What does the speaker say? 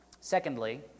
Secondly